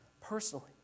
personally